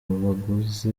abaguze